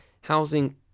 housing